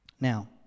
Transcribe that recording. Now